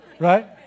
Right